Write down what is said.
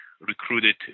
recruited